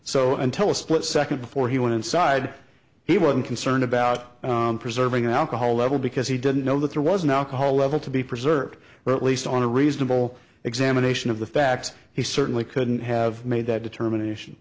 so until a split second before he went inside he wasn't concerned about preserving alcohol level because he didn't know that there was an alcohol level to be preserved but at least on a reasonable examination of the facts he certainly couldn't have made that determination